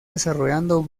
desarrollando